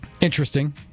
Interesting